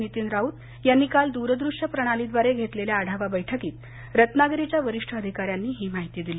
नितीन राऊत यांनी काल दूरदृष्य प्रणालीद्वारे घेतल्या आढावा बैठकीत रत्नागिरीच्या वरिष्ठ अधिकाऱ्यांनी ही माहिती दिली